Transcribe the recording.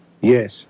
yes